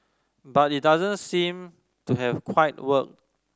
but it doesn't seem to have quite worked